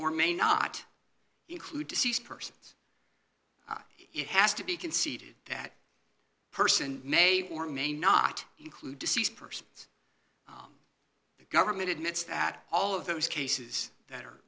or may not include deceased persons it has to be conceded that person may or may not include deceased persons the government admits that all of those cases that are